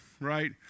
right